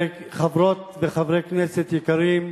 חברות וחברי כנסת יקרים,